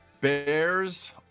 Bears